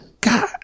God